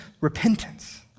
repentance